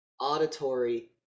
auditory